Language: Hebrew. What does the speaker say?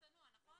צנוע נכון?